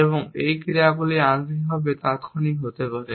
এবং এই ক্রিয়াগুলি আংশিকভাবে তাত্ক্ষণিক হতে পারে